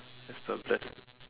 that's the best